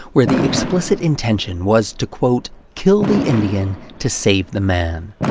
where the explicit intention was to, quote, kill the indian to save the man.